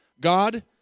God